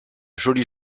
jolie